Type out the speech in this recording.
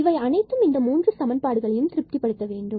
இவை அனைத்தும் இந்த மூன்று சமன்பாடுகளையும் திருப்திபடுத்த வேண்டும்